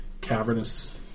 cavernous